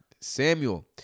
Samuel